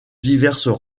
diverses